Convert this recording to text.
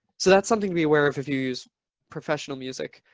so that's something to be aware of. if you use professional music